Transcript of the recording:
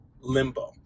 limbo